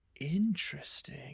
Interesting